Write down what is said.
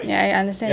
ya I understand